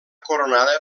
coronada